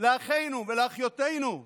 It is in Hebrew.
לאחינו ולאחיותינו?